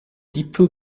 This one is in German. gipfel